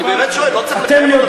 אני באמת שואל, לא צריך לחייב אותו?